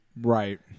Right